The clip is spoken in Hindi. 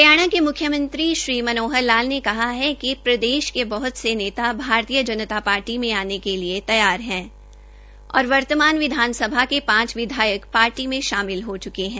हरियाणा के मुख्यमंत्री श्री मनोहर लाल ने कहा है कि प्रदेश में बहत से नेता भारतीय जनता पार्टी मे आने के लिये तैयार है और उन्होंने वर्तमान विधानसभाके पांच विधायक पार्टी में शामिल हो च्के है